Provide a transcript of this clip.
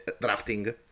drafting